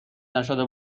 نشده